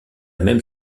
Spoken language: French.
même